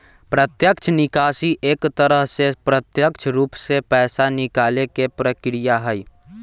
प्रत्यक्ष निकासी एक तरह से प्रत्यक्ष रूप से पैसा निकाले के प्रक्रिया हई